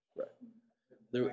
right